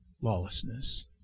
lawlessness